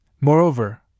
Moreover